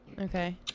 Okay